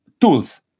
tools